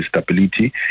stability